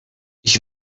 ich